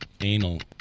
Anal